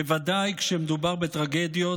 בוודאי כשמדובר בטרגדיות